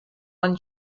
one